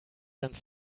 done